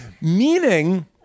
Meaning